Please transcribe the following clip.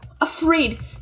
afraid